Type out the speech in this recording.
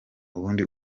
ubundi